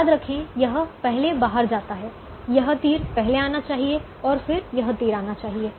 याद रखें यह पहले बाहर जाता है यह तीर पहले आना चाहिए और फिर यह तीर आना चाहिए